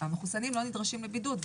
המחוסנים לא נדרשים לבידוד,